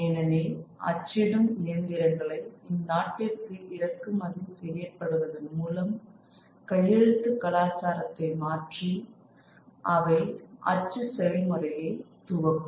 ஏனெனில் அச்சிடும் இயந்திரங்களை இந்நாட்டிற்கு இறக்குமதி செய்யப்படுவதன் மூலம் கையெழுத்து கலாச்சாரத்தை மாற்றி அவை அச்சு செயல்முறையை துவக்கும்